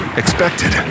expected